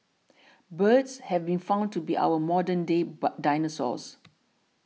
birds have been found to be our modern day but dinosaurs